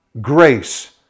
grace